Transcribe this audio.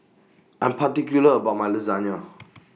I'm particular about My Lasagna